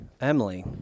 Emily